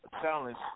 challenge